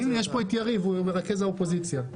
נמצא פה יריב, הוא מרכז האופוזיציה.